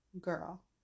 girl